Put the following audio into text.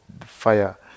fire